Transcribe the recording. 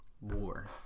war